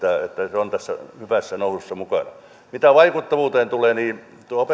on tässä hyvässä nousussa mukana mitä vaikuttavuuteen tulee niin